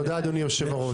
תודה אדוני יושב-הראש.